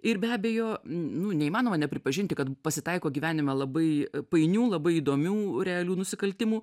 ir be abejo nu neįmanoma nepripažinti kad pasitaiko gyvenime labai painių labai įdomių realių nusikaltimų